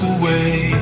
away